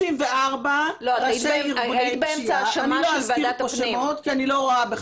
34 אסירים ששובתים רעב כרגע.